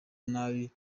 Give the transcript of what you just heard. nabi